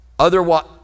Otherwise